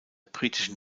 britischen